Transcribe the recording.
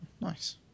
Nice